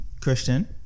Christian